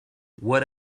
what